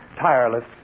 tireless